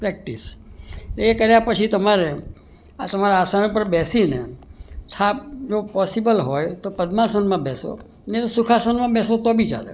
practice એ કર્યાં પછી તમારે આ તમારાં આસન પર બેસીને થાક જો પોસિબલ હોય તો પદ્માસનમાં બેસો નહીં તો સુખાસનમાં બેસો તો બી ચાલે